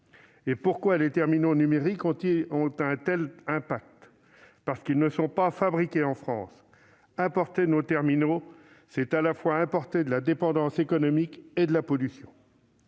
Et pourquoi les terminaux numériques ont-ils un tel impact ? Parce qu'ils ne sont pas fabriqués en France ! Importer nos terminaux, c'est à la fois importer de la dépendance économique et de la pollution.